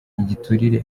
igiturire